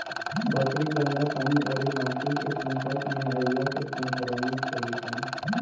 बकरी गन्दा पानी अउरी माटी के सम्पर्क में अईला से संक्रमित होली सन